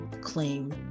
claim